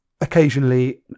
Occasionally